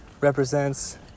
represents